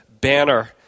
banner